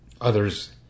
others